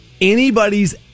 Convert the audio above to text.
anybody's